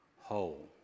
whole